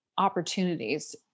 opportunities